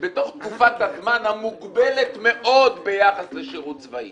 שבתוך תקופת הזמן המוגבלת מאוד ביחס לשירות צבאי